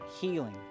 healing